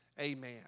Amen